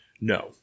no